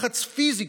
לחץ פיזי,